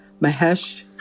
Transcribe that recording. Mahesh